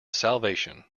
salvation